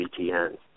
BTN